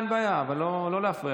אין בעיה, אבל לא להפריע.